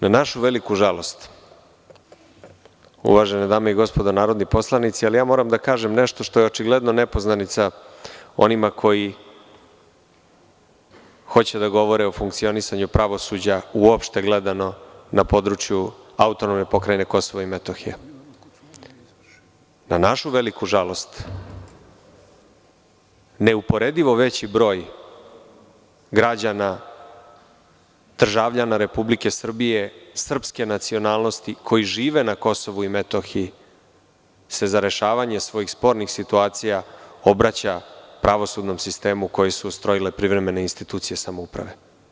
Na našu veliku žalost, uvažene dame i gospodo narodni poslanici, moram da kažem nešto što je očigledno nepoznanica onima koji hoće da govore o funkcionisanju pravosuđa, uopšte gledano, na području AP Kosova i Metohije, na našu veliku žalost, neuporedivo veći broj građana, državljana Republike Srbije, srpske nacionalnosti koji žive na Kosovu i Metohiji se za rešavanje svojih spornih situacija, obraća pravosudnom sistemu koji su ustrojile privremene institucije samouprave.